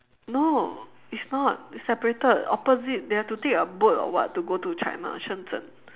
no it's not it's separated opposite they have to take a boat or what to go to china shenzhen